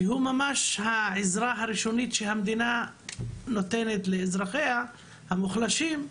שהוא העזרה הראשונית שהמדינה נותנת לאזרחיה המוחלשים,